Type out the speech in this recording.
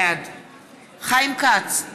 בעד חיים כץ,